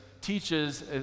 teaches